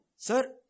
Sir